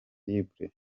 libre